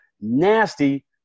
nasty